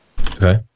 Okay